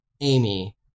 Amy